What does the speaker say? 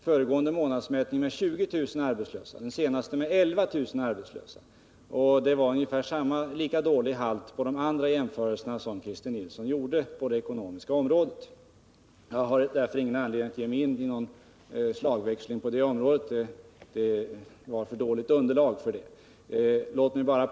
Föregående månads mätning redovisar en nedgång med 20 000 och den senaste med att förbättra sysselsättningen i Motala De andra jämförelserna på det ekonomiska området som Christer Nilsson gjorde var av ungefär samma dåliga halt, och jag har därför ingen anledning att ge mig in i någon slagväxling i det här sammanhanget — Christer Nilssons underlag är alltför dåligt för det.